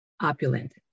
opulent